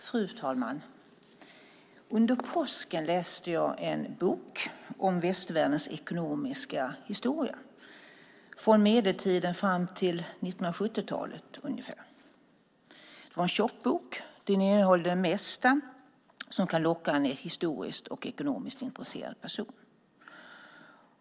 Fru talman! Under påsken läste jag en bok om västvärldens ekonomiska historia, från medeltiden fram till 1970-talet ungefär. Det var en tjock bok. Den innehöll det mesta som kan locka en historiskt och ekonomiskt intresserad person.